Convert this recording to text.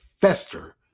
fester